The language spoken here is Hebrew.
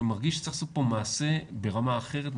אני מרגיש שצריך לעשות פה מעשה ברמה אחרת,